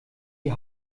die